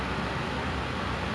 I'm actually macam